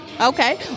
Okay